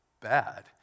bad